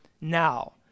now